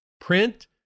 print